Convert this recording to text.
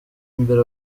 imbere